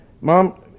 Mom